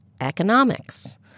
economics